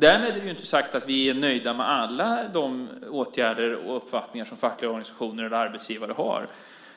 Därmed är det inte sagt att vi är nöjda med alla åtgärder och uppfattningar som fackliga organisationer eller arbetsgivare har.